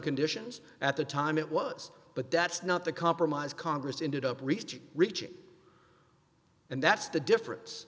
conditions at the time it was but that's not the compromise congress ended up rich rich and that's the difference